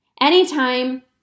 Anytime